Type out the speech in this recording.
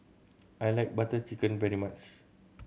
I like Butter Chicken very much